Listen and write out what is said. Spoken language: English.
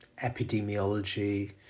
epidemiology